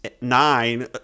nine